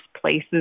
places